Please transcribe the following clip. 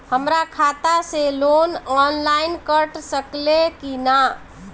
हमरा खाता से लोन ऑनलाइन कट सकले कि न?